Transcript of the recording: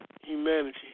humanity